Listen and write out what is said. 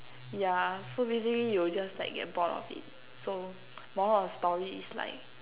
yeah so basically you'll just like get bored of it so moral of the story is like